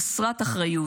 חסרת אחריות,